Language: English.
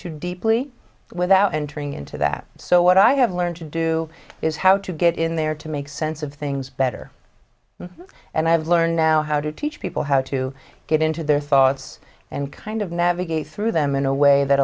too deeply without entering into that so what i have learned to do is how to get in there to make sense of things better and i have learned now how to teach people how to get into their thoughts and kind of navigate through them in a way that